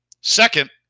Second